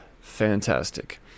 fantastic